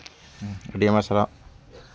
ᱟᱹᱰᱤ ᱟᱭᱢᱟ ᱥᱟᱨᱦᱟᱣ